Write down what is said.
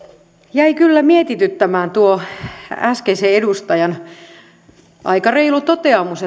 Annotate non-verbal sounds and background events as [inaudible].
jäi kyllä mietityttämään tuo äskeisen edustajan aika reilu toteamus [unintelligible]